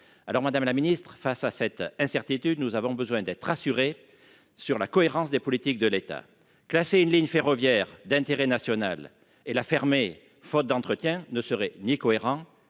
alors Madame la Ministre face à cette incertitude, nous avons besoin d'être rassurés sur la cohérence des politiques de l'État classé une ligne ferroviaire d'intérêt national et la fermer faute d'entretien ne serait ni cohérent